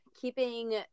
keeping